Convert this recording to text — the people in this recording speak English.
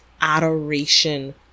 adoration